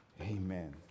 amen